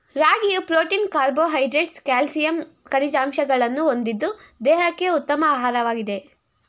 ರಾಗಿಯು protein carbohydrates calcium ಖನಿಜಾಂಶಗಳನ್ನು ಹೊಂದಿದ್ದು ದೇಹಕ್ಕೆ ಉತ್ತಮ ಆಹಾರವಾಗಿದೆ